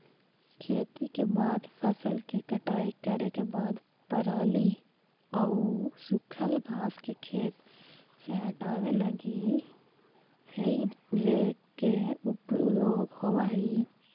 खेती के बाद फसल के कटाई करे के बाद पराली आउ सूखल घास के खेत से हटावे लगी हेइ रेक के उपयोग होवऽ हई